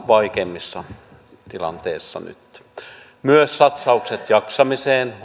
vaikeimmassa tilanteessa nyt myös satsaukset jaksamiseen